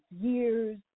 years